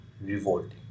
revolting